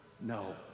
No